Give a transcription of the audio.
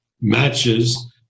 matches